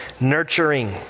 nurturing